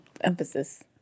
Emphasis